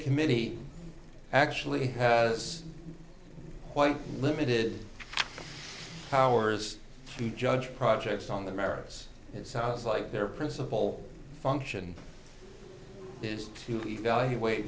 committee actually has quite limited powers to judge projects on the merits it sounds like their principal function is to evaluate